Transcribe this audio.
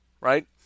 right